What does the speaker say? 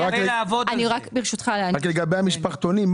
לגבי המשפחתונים,